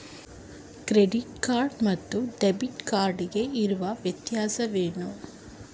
Credit card ಮತ್ತು debit card ಗೆ ಇರುವ ವ್ಯತ್ಯಾಸವೇನು?